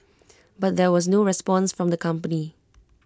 but there was no response from the company